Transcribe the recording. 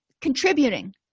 Contributing